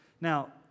Now